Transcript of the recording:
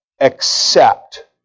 accept